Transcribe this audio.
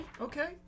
Okay